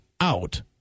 out